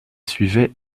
suivait